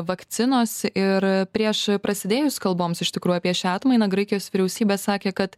vakcinos ir prieš prasidėjus kalboms iš tikrųjų apie šią atmainą graikijos vyriausybė sakė kad